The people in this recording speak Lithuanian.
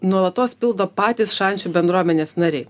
nuolatos pildo patys šančių bendruomenės nariai